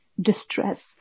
distress